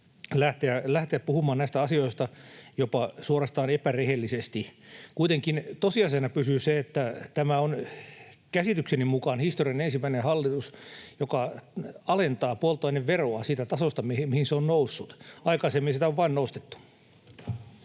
lähteä puhumaan näistä asioista jopa suorastaan epärehellisesti. Kuitenkin tosiasiana pysyy se, että tämä on käsitykseni mukaan historian ensimmäinen hallitus, joka alentaa polttoaineveroa siitä tasosta, mihin se on noussut. Aikaisemmin sitä on vain nostettu.